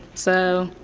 so,